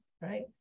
right